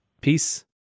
Peace